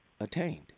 attained